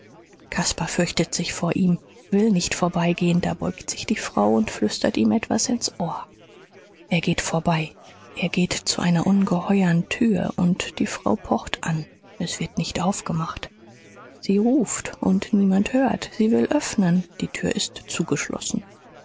caspar fürchtet sich vor ihm will nicht vorbeigehen da beugt sich die frau und flüstert ihm etwas ins ohr er geht vorbei er geht zu einer ungeheuern tür und die frau pocht an es wird nicht aufgemacht sie ruft und niemand hört sie will öffnen die tür ist zugeschlossen